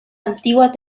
antiguos